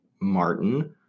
Martin